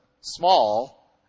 small